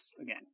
again